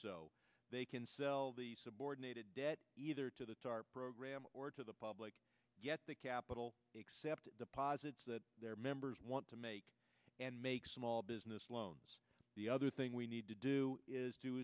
so they can sell the subordinated debt either to the tarp program or to the public yet the capital except deposits that their members want to make and make small business loans the other thing we need to do is